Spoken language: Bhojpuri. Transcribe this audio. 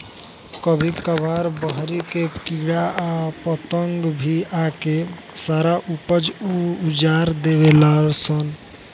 कभी कभार बहरी के कीड़ा आ पतंगा भी आके सारा ऊपज उजार देवे लान सन